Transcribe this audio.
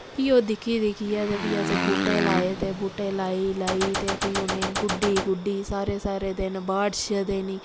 फ्ही ओह् दिक्खी दिक्खियै ते फ्ही असें बूह्टे लाए ते बूह्टे लाई लाई ते फ्ही उ'नें गी गुड्डी गुड्डी सारे सारे दिन बाड़श देनी